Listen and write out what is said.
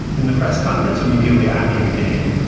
in the press conference immediately after the game,